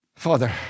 Father